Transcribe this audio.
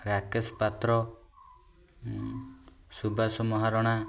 Rakesh Patra Subash Maharana